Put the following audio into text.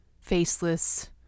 faceless